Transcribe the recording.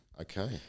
okay